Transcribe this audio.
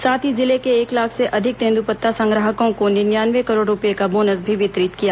साथ ही जिले के एक लाख से अधिक तेन्द्रपत्ता संग्राहकों को निन्यानवे करोड़ रूपए का बोनस भी वितरित किया गया